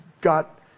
got